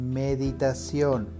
meditación